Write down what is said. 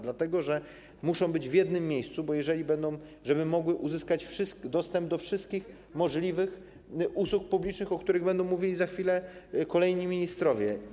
Dlatego że muszą być w jednym miejscu, żeby mogły uzyskać dostęp do wszystkich możliwych usług publicznych, o których będą mówili za chwilę kolejni ministrowie.